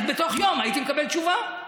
אז בתוך יום הייתי מקבל תשובה.